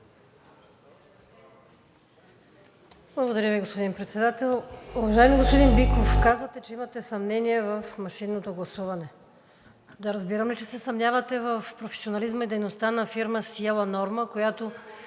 Благодаря Ви, господин Председател. Уважаеми господин Биков, казвате, че имате съмнение в машинното гласуване. Да разбирам ли, че се съмнявате в професионализма и дейността на фирма „Сиела Норма“, която,